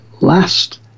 last